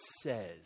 says